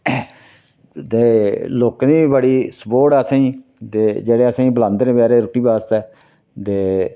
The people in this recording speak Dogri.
ते लोकें दी बी बड़ी सपोर्ट असेंगी ते जेह्ड़े असें बलांदे न बचारे रुट्टी बास्तै